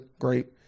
great